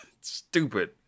stupid